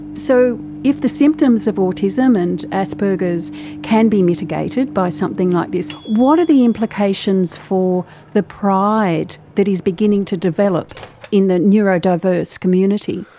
so if the symptoms of autism and asperger's can be mitigated by something like this, what are the implications for the pride that is beginning to develop in the neuro-diverse community?